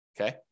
Okay